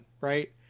right